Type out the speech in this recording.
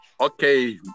Okay